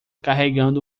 carregando